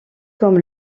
comme